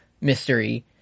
mystery